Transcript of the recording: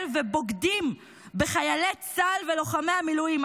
ובוגדים בחיילי צה"ל ובלוחמי המילואים.